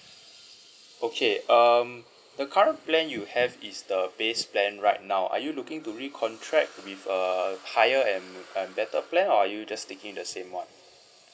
okay um the current plan you have is the base plan right now are you looking to recontract with a higher and and better plan or are you just taking the same one